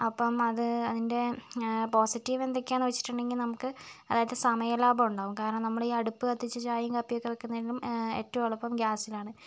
അപ്പം അത് അതിന്റെ പോസിറ്റീവ് എന്തൊക്കെയാണെന്ന് വെച്ചിട്ടുണ്ടെങ്കിൽ നമുക്ക് അതായത് സമയ ലാഭം ഉണ്ടാവും കാരണം നമ്മൾ ഈ അടുപ്പ് കത്തിച്ച് ചായയും കാപ്പിയും ഒക്കെ വയ്ക്കുന്നതിലും ഏറ്റവും എളുപ്പം ഗ്യാസിലാണ്